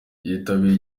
yitabiriye